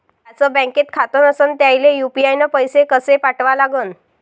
ज्याचं बँकेत खातं नसणं त्याईले यू.पी.आय न पैसे कसे पाठवा लागन?